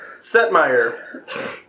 Setmeyer